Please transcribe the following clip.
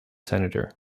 senator